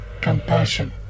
compassion